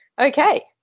Okay